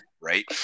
right